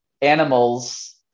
animals